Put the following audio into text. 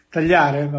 Tagliare